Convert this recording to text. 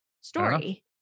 story